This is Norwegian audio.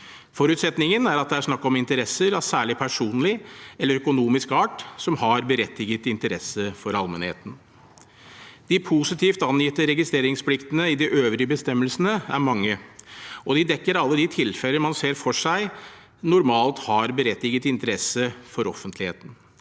Forutsetningen er at det er snakk om interesser av særlig personlig eller økonomisk art som har berettiget interesse for allmennheten. De positivt angitte registreringspliktene i de øvrige bestemmelsene er mange, og de dekker alle de tilfeller man ser for seg normalt har berettiget interesse for offentligheten.